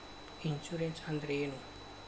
Insurance ಅಂದ್ರ ಏನು?